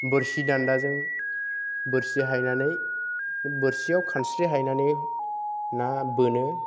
बोरसि दान्दाजों बोरसि हायनानै बोरसियाव खानस्रि हायनानै ना बोनो